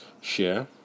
share